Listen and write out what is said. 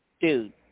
dude